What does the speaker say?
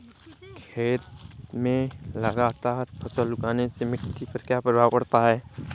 खेत में लगातार फसल उगाने से मिट्टी पर क्या प्रभाव पड़ता है?